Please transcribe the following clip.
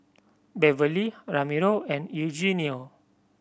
Beverly Ramiro and Eugenio